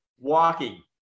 walking